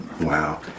Wow